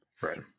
right